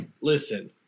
listen